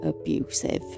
abusive